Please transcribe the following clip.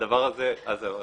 אז זהו.